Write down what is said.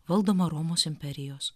valdoma romos imperijos